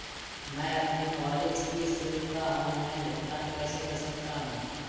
मैं अपने कॉलेज की शुल्क का ऑनलाइन भुगतान कैसे कर सकता हूँ?